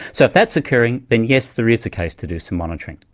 so if that's occurring then yes, there is a case to do some monitoring.